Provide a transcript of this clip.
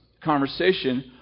conversation